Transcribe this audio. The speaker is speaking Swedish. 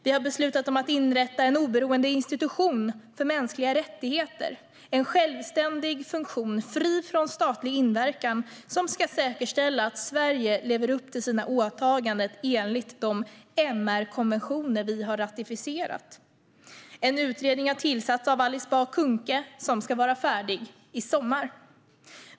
Vi har beslutat om att inrätta en oberoende institution för mänskliga rättigheter - en självständig funktion, fri från statlig inverkan, som ska säkerställa att Sverige lever upp till sina åtaganden enligt de MR-konventioner vi har ratificerat. En utredning har tillsatts av Alice Bah Kuhnke som ska vara färdig i sommar.